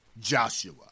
Joshua